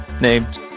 named